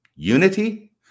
Unity